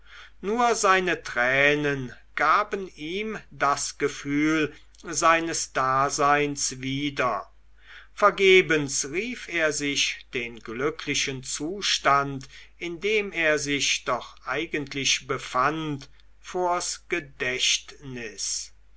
nur seine tränen gaben ihm das gefühl seines daseins wieder vergebens rief er sich den glücklichen zustand in dem er sich doch eigentlich befand vors gedächtnis